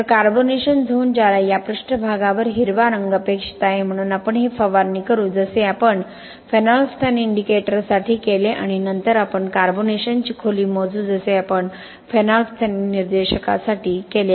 तर carbonation zone ज्याला या पृष्ठभागावर हिरवा रंग अपेक्षित आहे म्हणून आपण हे फवारणी करू जसे आम्ही फेनोल्फथालीन इंडिकेटरसाठी केले आणि नंतर आपण कार्बोनेशनची खोली मोजू जसे आपण फेनोल्फथालीन निर्देशकासाठी केले